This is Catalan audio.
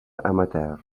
amateur